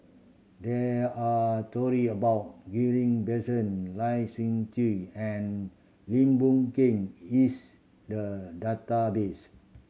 there are story about Ghillie Basan Lai Siu Chiu and Lim Boon Keng is the database